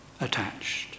attached